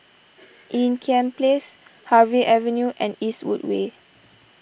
Ean Kiam Place Harvey Avenue and Eastwood Way